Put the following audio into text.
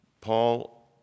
Paul